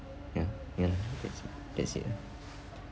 ya ya that's it that's it ah